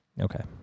Okay